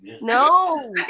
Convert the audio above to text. No